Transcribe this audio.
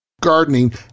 gardening